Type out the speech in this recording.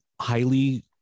highly